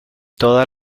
todas